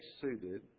suited